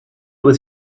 was